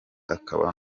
akaba